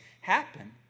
happen